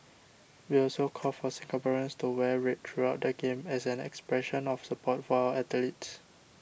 we also call for Singaporeans to wear red throughout the Games as an expression of support for our athletes